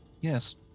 yes